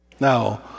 Now